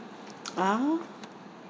ah